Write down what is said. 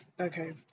Okay